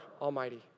Almighty